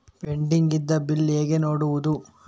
Pending ಇದ್ದ bill ಹೇಗೆ ನೋಡುವುದು?